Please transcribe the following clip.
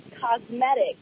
cosmetic